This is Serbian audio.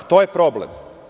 To je problem.